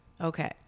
Okay